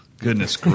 goodness